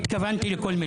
התכוונתי לכל מילה.